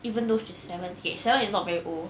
even though she seven okay seven is not very old